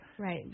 Right